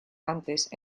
antes